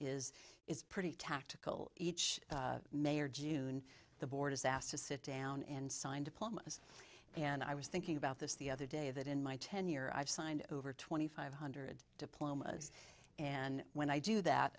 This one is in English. is it's pretty tactical each may or june the board is asked to sit down and sign diplomas and i was thinking about this the other day that in my tenure i've signed over twenty five hundred diplomas and when i do that